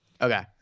Okay